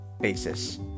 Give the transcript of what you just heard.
basis